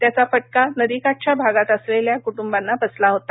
त्याचा फटका नदीकाठच्या भागात असलेल्या क्ट्ंबाना बसला हेता